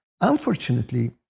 Unfortunately